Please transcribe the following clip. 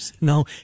No